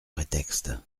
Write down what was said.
prétexte